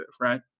right